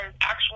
actual